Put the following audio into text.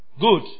Good